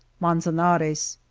manzanares,